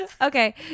Okay